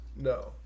No